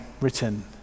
written